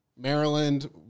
Maryland